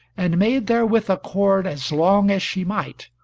and made therewith a cord as long as she might,